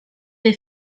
dei